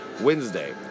Wednesday